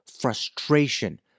Frustration